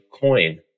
coin